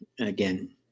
again